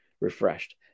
Refreshed